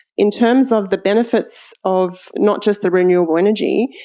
in terms of the benefits of not just the renewable energy,